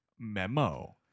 Memo